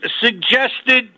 suggested